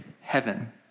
heaven